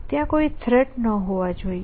ત્યાં કોઈ થ્રેટ ન હોવા જોઈએ